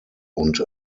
und